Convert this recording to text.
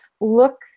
look